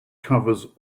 covers